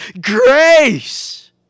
grace